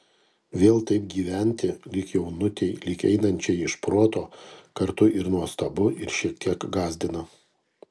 vėl taip gyventi lyg jaunutei lyg einančiai iš proto kartu ir nuostabu ir šiek tiek gąsdina